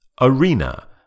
Arena